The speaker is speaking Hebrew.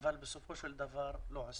אבל בסופו של דבר לא עושים.